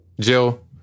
Jill